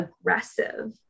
aggressive